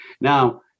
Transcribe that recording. Now